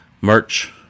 merch